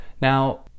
now